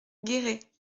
guéret